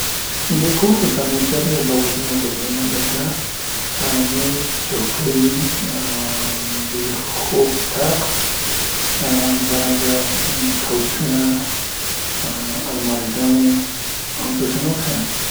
د کور د فرنیچر یا لوازمو ډولونه لکه ا، میز، چوکۍ، د خوب تخت همدرانګه کوچونه، ا، المارۍ ګانې او داسې نور شیان.